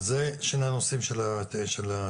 זה שני הנושאים של התקשורת.